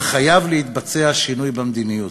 אך חייב להתבצע שינוי במדיניות.